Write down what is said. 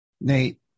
Nate